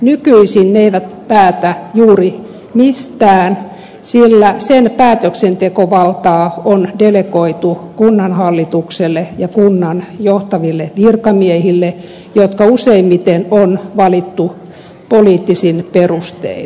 nykyisin ne eivät päätä juuri mistään sillä niiden päätöksentekovaltaa on delegoitu kunnanhallitukselle ja kunnan johtaville virkamiehille jotka useimmiten on valittu poliittisin perustein